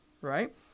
right